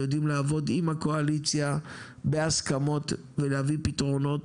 אבל יודעים לעבוד עם הקואליציה בהסכמות אבל יודעים להביא פתרונות